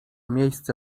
miejsce